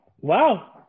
wow